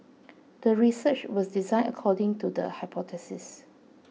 the research was designed according to the hypothesis